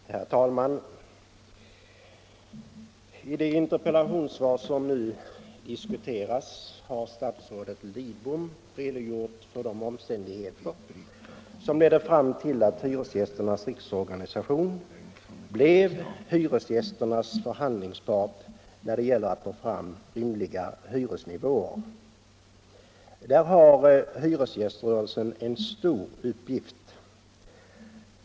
Herr talman! I det interpellationssvar som nu diskuteras har statsrådet Lidbom redogjort för de omständigheter som ledde fram till att hyresgästernas riksorganisation blev hyresgästernas förhandlingspart när det gäller att få fram rimliga hyresnivåer. Där har hyresgäströrelsen en stor uppgift.